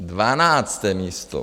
Dvanácté místo.